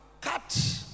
Cut